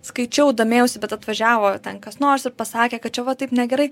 skaičiau domėjausi bet atvažiavo ten kas nors ir pasakė kad čia va taip negerai